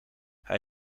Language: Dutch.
hij